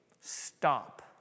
Stop